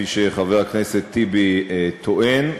כפי שחבר הכנסת טיבי טוען.